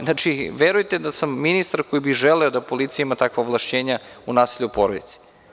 Znači, verujte da sam ministar koji bi želeo da policija ima takva ovlašćenja u nasilju u porodici.